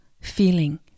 feeling